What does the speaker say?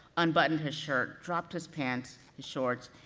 unbuttoned his shirt, dropped his pants, his shorts,